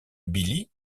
billy